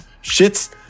shit's